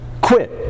Quit